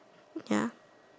ya